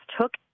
took